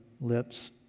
lips